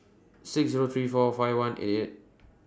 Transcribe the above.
six Zero three four five one